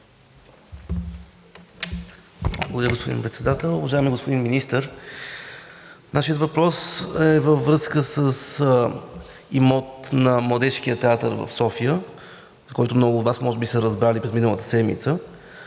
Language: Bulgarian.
Благодаря, господин Председател. Уважаеми господин Министър, нашият въпрос е във връзка с имот на Младежкия театър в София, за който много от Вас може би са разбрали през миналата седмица.